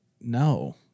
no